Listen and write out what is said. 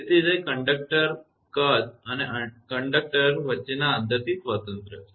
તેથી તે કંડક્ટર કદ અને કંડક્ટર વચ્ચેના અંતરથી સ્વતંત્ર છે